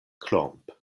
klomp